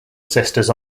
sisters